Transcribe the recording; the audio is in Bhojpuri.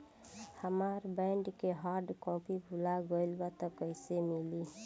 हमार बॉन्ड के हार्ड कॉपी भुला गएलबा त कैसे मिली?